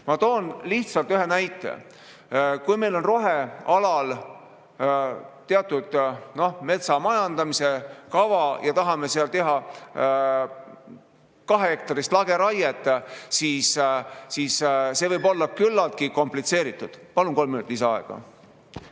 Ma toon lihtsalt ühe näite. Kui meil on rohealal teatud metsamajandamise kava ja me tahame seal teha kahehektarilist lageraiet, siis see võib olla küllaltki komplitseeritud. Palun kolm minutit lisaaega.